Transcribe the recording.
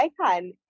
icon